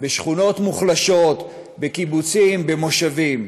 בשכונות מוחלשות, בקיבוצים ובמושבים.